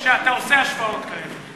תתבייש שאתה עושה השוואות כאלה.